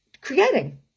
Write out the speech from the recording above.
creating